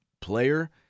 player